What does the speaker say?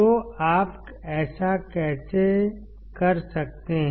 तो आप ऐसा कैसे कर सकते हैं